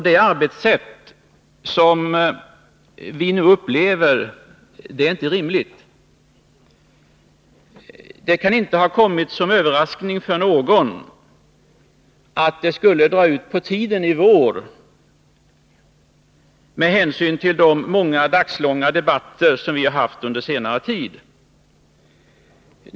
Det arbetssätt som vi nu upplever är inte rimligt. Det kan inte ha kommit som en överraskning för någon att det skulle dra ut på tiden i vår med hänsyn till de många dagslånga debatter som vi haft under senare tid.